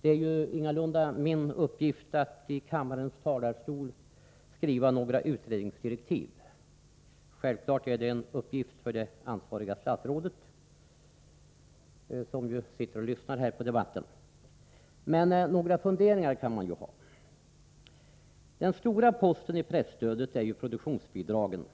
Det är ingalunda min uppgift att i kammarens talarstol skriva några utredningsdirektiv — självfallet är det en uppgift för det ansvariga statsrådet, som nu sitter här och lyssnar på debatten — men några funderingar kan man ju ha. Den stora posten i presstödet är ju produktionsbidragen,